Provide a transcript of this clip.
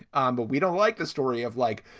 um but we don't like the story of, like,